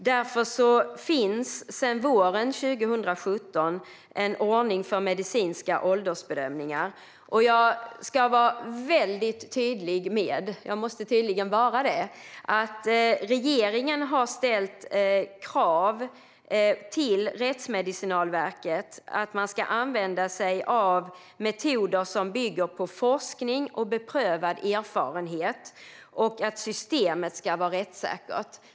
Därför finns sedan våren 2017 en ordning för medicinska åldersbedömningar. Jag måste tydligen vara väldigt tydlig med en sak, så det ska jag vara: Regeringen har ställt krav på Rättsmedicinalverket att man ska använda sig av metoder som bygger på forskning och beprövad erfarenhet och att systemet ska vara rättssäkert.